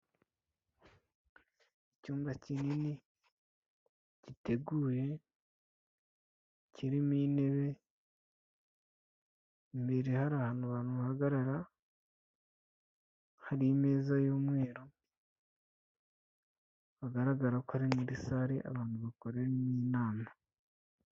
Icyumba kinini giteguye kirimo intebe, imbere hari ahantu abantu bahagarara, hari imeza y'umweru hagaragara ko ari muri sale abantu bakoremo inama.